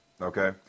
Okay